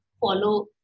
follow